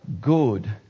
good